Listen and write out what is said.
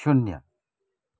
शून्य